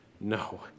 No